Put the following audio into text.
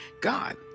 God